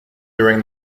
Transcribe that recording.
during